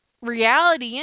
reality